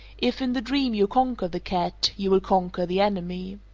if in the dream you conquer the cat, you will conquer the enemy.